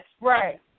Right